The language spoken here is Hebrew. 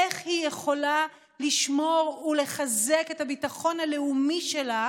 איך היא יכולה לשמור ולחזק את הביטחון הלאומי שלה